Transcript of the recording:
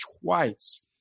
twice